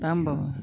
दा होमब्ला